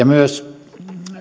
myös